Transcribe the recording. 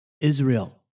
Israel